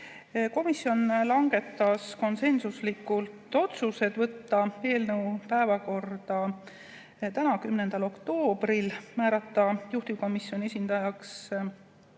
Komisjon langetas konsensuslikult otsused: võtta eelnõu päevakorda täna, 10. oktoobril, määrata juhtivkomisjoni esindajaks